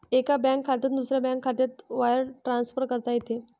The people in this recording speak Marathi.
एका बँक खात्यातून दुसऱ्या बँक खात्यात वायर ट्रान्सफर करता येते